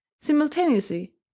simultaneously